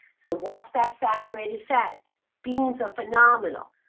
so watch that saturated fat being so phenomenal.